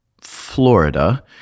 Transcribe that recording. Florida